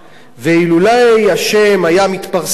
ואילולא היה השם מתפרסם,